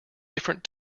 different